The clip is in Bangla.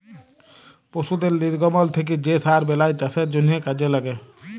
পশুদের লির্গমল থ্যাকে যে সার বেলায় চাষের জ্যনহে কাজে ল্যাগে